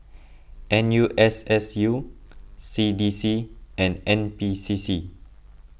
N U S S U C D C and N P C C